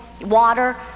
water